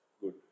good